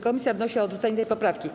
Komisja wnosi o odrzucenie tej poprawki.